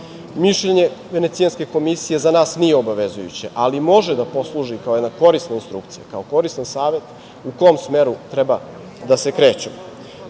Mišljenje Venecijanske komisije za nas nije obavezujuće, ali može da posluži kao jedna korisna instrukcija, kao koristan savet u kom smeru treba da se krećemo